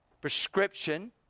prescription